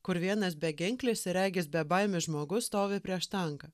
kur vienas beginklis ir regis bebaimis žmogus stovi prieš tanką